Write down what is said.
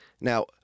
Now